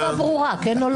רק תשובה ברורה כן או לא.